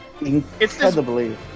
incredibly